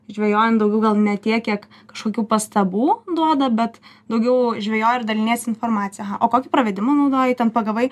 žvejojant daugiau gal ne tiek kiek kažkokių pastabų duoda bet daugiau žvejoji ir daliniesi informacija o kokį pravedimą naudojai ten pagavai